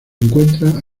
encuentra